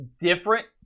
Different